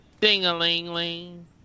Ding-a-ling-ling